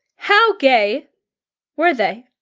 how gay were they?